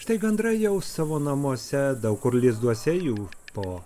štai gandrai jau savo namuose daug kur lizduose jų po